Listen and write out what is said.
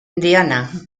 diana